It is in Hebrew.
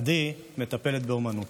עדי מטפלת באומנות.